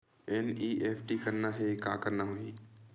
NEFT करना हे का करना होही?